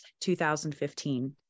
2015